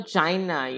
China